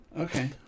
Okay